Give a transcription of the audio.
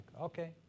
okay